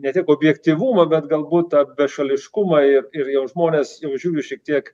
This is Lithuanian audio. ne tik objektyvumą bet galbūt tą bešališkumą ir ir jau žmonės jau žiūri šiek tiek